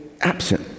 absent